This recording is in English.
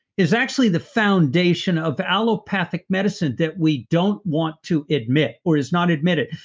is actually the foundation of allopathic medicine that we don't want to admit, or is not admitted.